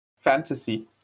Fantasy